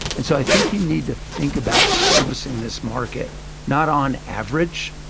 and so i think you need to think about servicing this market not on average,